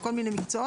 לכל מיני מקצועות,